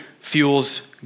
fuels